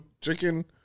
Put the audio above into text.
chicken